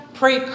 pray